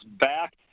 back